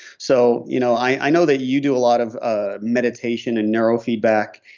so you know i know that you do a lot of ah meditation and neuro feedback.